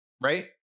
right